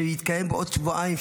שיתקיים בעוד שבועיים,